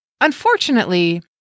Unfortunately